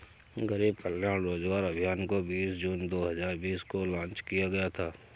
गरीब कल्याण रोजगार अभियान को बीस जून दो हजार बीस को लान्च किया गया था